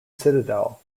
citadel